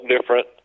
different